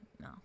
No